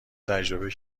تجربه